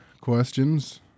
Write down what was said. questions